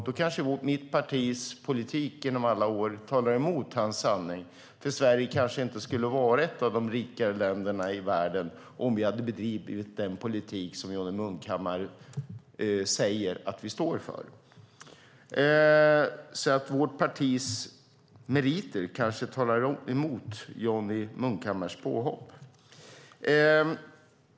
Då kanske mitt partis politik genom alla år talar emot hans sanning, där Sverige kanske inte skulle ha varit ett av de rikare länderna i världen om vi hade bedrivit den politik som Johnny Munkhammar säger att vi står för. Vårt partis meriter kanske alltså talar emot Johnny Munkhammars påhopp.